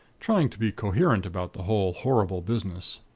trying to be coherent about the whole horrible business.